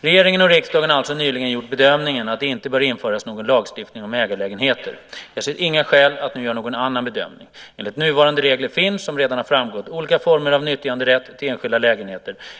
Regeringen och riksdagen har alltså nyligen gjort bedömningen att det inte bör införas någon lagstiftning om ägarlägenheter. Jag ser inga skäl att nu göra någon annan bedömning. Enligt nuvarande regler finns, som redan har framgått, olika former av nyttjanderätt till enskilda lägenheter.